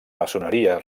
maçoneria